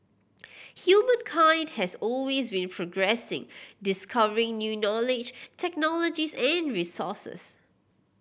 humankind has always been progressing discovering new knowledge technologies and resources